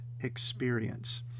experience